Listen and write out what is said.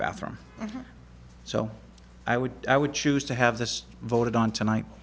bathroom so i would i would choose to have this voted on tonight